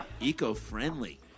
eco-friendly